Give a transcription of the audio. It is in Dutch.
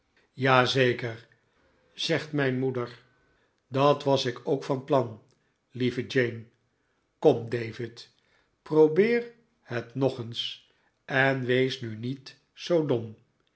zeker zegt mijn moeder dat was ik ook van plan lieve jane kom david probeer het nog eens en wees nu niet zoo dom